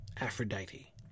Aphrodite